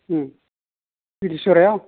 ओं बिदिसिजरायाव